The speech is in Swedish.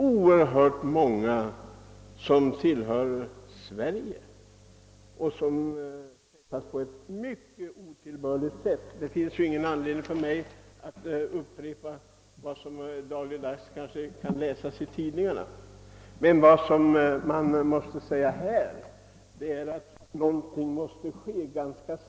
Också många svenska medborgare träffas på ett otillbörligt sätt av vräkningsförfarande. Jag har ingen anledning att upprepa vad som dagligdags kan läsas i tidningarna, men jag vill framhålla att någonting måste ske snart.